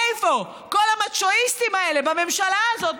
איפה כל המאצ'ואיסטים האלה בממשלה הזאת,